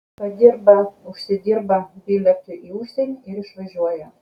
padirba užsidirba bilietui į užsienį ir išvažiuoja